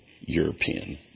European